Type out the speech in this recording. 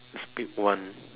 just pick one